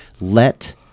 Let